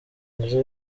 myiza